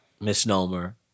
misnomer